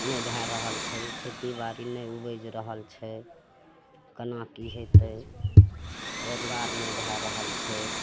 नहि भै रहल छै खेती बाड़ी नहि उपजि रहल छै कोना कि हेतै रोजगार नहि भै रहल छै